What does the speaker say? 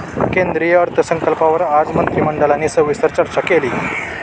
केंद्रीय अर्थसंकल्पावर आज अर्थमंत्र्यांनी सविस्तर चर्चा केली